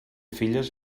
filles